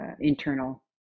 internal